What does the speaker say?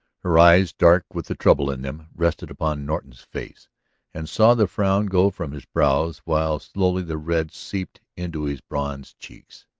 her eyes, dark with the trouble in them, rested upon norton's face and saw the frown go from his brows while slowly the red seeped into his bronzed cheeks.